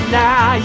now